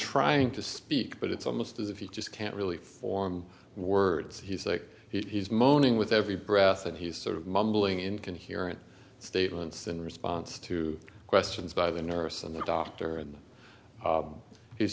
trying to speak but it's almost as if you just can't really form words he's like he's moaning with every breath that he's sort of mumbling in can hear and statements in response to questions by the nurse and the doctor and